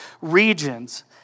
regions